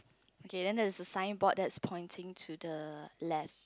okay then there is a signboard that is pointing to the left